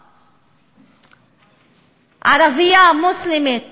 או ערבייה מוסלמית